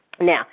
Now